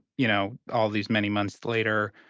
you know, all these many months later,